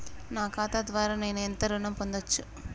నా ఖాతా ద్వారా నేను ఎంత ఋణం పొందచ్చు?